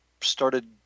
started